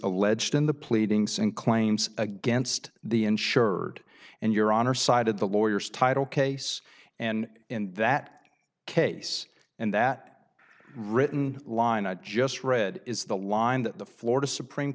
alleged in the pleadings and claims against the insured and your honor cited the lawyers title case and in that case and that written line i just read is the line that the florida supreme